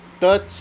touch